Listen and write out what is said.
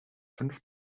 fünf